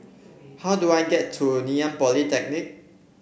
how do I get to Ngee Ann Polytechnic